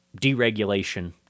deregulation